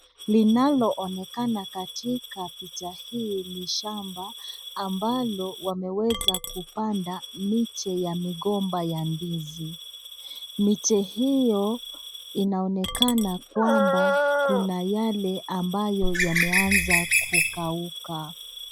Linaloonekana katika picha hii ni shamba ambalo wameweza kupanda miche ya migomba ya ndizi. Miche hiyo inaonekana kwamba kuna yale ambayo yameaza kukauka.